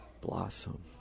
blossom